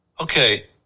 Okay